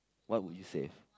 what would you save